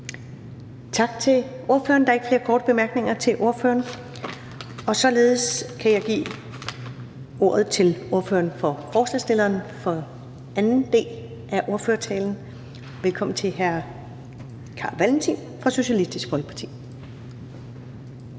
Tak til ordføreren. Der er ikke flere korte bemærkninger til ordføreren. Således kan jeg give ordet til ordføreren for forslagsstillerne for anden del af ordførertalen. Velkommen til hr. Carl Valentin fra Socialistisk Folkeparti.